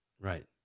Right